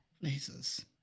Places